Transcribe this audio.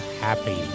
happy